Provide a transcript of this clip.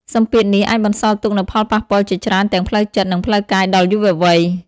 សម្ពាធនេះអាចបន្សល់ទុកនូវផលប៉ះពាល់ជាច្រើនទាំងផ្លូវចិត្ត និងផ្លូវកាយដល់យុវវ័យ ។